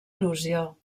erosió